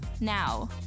Now